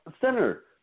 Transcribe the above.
center